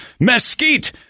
mesquite